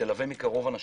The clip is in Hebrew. ותלווה מקרוב אנשים,